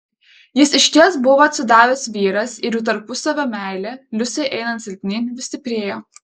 jis išties buvo atsidavęs vyras ir jų tarpusavio meilė liusei einant silpnyn vis stiprėjo